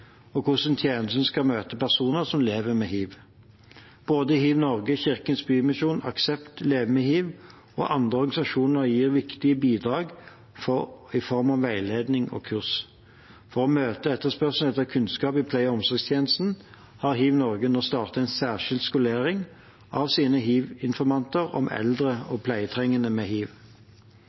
og hvordan tjenesten skal møte personer som lever med hiv. Både HivNorge, Kirkens Bymisjons Aksept og Leve med hiv og andre organisasjoner gir viktige bidrag i form av veiledning og kurs. For å møte etterspørselen etter kunnskap i pleie- og omsorgstjenesten har HivNorge nå startet en særskilt skolering av sine hivinformanter om eldre og pleietrengende med hiv.